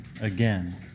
again